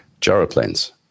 gyroplanes